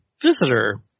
visitor